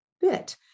bit